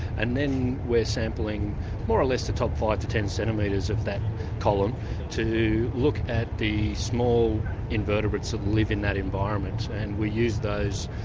and then we're sampling more or less the top five to ten centimetres of that column to look at the small invertebrates that live in that environment, and we use those.